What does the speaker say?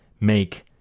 make